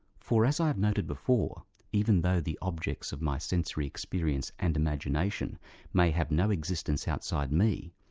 for as i've noted before even though the objects of my sensory experience and imagination may have no existence outside me,